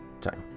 time